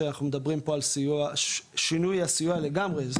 שאנחנו מדברים פה על שינוי הסיוע לגמרי,